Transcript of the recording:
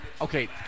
Okay